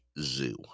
Zoo